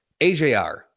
ajr